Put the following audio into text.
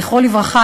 זכרו לברכה,